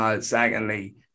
Secondly